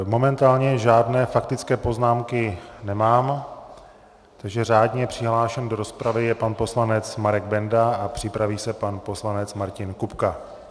Momentálně žádné faktické poznámky nemám, takže řádně přihlášen do rozpravy je pan poslanec Marek Benda, připraví se pan poslanec Martin Kupka.